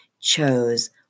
chose